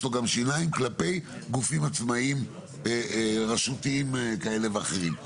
לו גם שיניים כלפי גופים עצמאיים רשותיים כאלה ואחרים,